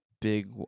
big